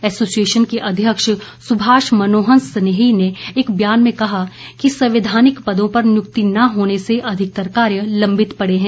association के अध्यक्ष सुभाष मोहन स्नेही ने एक बयान में कहा है कि संवैधानिक पदों पर नियुक्ति न होने से अधिकतर कार्य लम्बित पड़े हैं